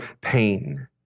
pain